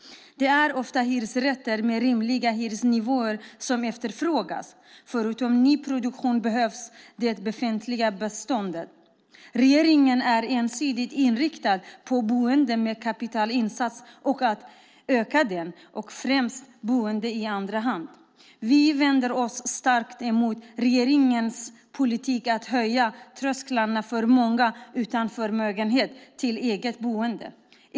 Det är ofta hyresrätter med rimliga hyresnivåer som efterfrågas. Förutom nyproduktion behövs det befintliga beståndet. Regeringen är ensidigt inriktad på boende med kapitalinsats och på att öka den, och främst boende i andra hand. Vi vänder oss starkt emot regeringens politik att höja trösklarna till eget boende för många utan förmögenhet.